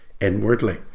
inwardly